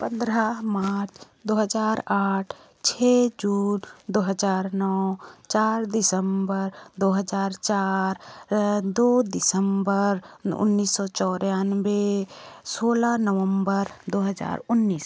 पंद्रह मार्च दो हजार आठ छः जून दो हजार नौ चार दिसंबर दो हजार चार दो दिसंबर उन्नीस सौ चौरयान्बे सोलह नवंबर दो हजार उन्नीस